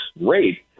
rate